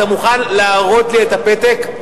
אתה מוכן להראות לי את הפתק?